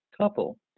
couple